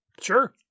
Sure